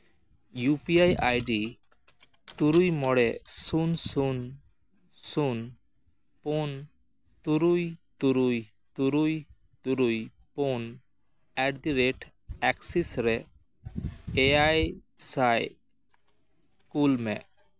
U P I ID ᱛᱩᱨᱩᱭ ᱢᱚᱬᱮ ᱥᱩᱱ ᱥᱩᱱ ᱥᱩᱱ ᱯᱩᱱ ᱛᱩᱨᱩᱭ ᱛᱩᱨᱩᱭ ᱛᱩᱨᱩᱭ ᱛᱩᱨᱩᱭ ᱯᱩᱱ ᱮᱴᱫᱟᱼᱨᱮᱹᱴ ᱮᱠᱥᱤᱥ ᱨᱮ ᱮᱭᱟᱭ ᱥᱟᱭ ᱠᱩᱞ ᱢᱮ